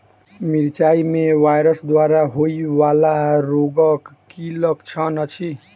मिरचाई मे वायरस द्वारा होइ वला रोगक की लक्षण अछि?